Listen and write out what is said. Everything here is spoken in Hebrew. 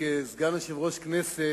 כסגן יושב-ראש הכנסת,